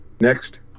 Next